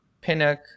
Pinnock